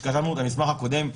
כשכתבנו את המסמך הקודם,